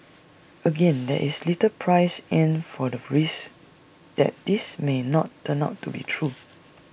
again there is little priced in for the risk that this may not turn out to be true